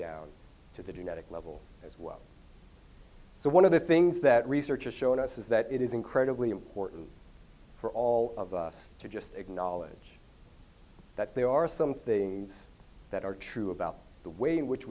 down to the genetic level as well so one of the things that research has shown us is that it is incredibly important for all of us to just acknowledge that there are some things that are true about the way in which